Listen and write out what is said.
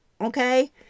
Okay